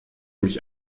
mich